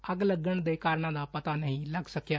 ਅੱਗ ਲੱਗਣ ਦੇ ਕਾਰਨਾਂ ਦਾ ਪਤਾ ਨਹੀ ਲੱਗ ਸਕਿਆ